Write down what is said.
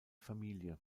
familie